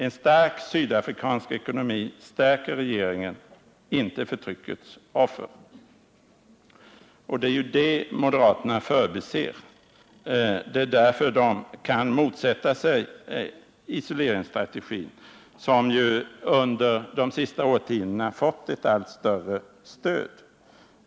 En stark sydafrikansk ekonomi stärker regeringen, inte förtryckets offer.” Det är detta moderaterna förbiser. Det är därför de kan motsätta sig isoleringsstrategin, som ju under de senaste årtiondena fått ett allt starkare stöd.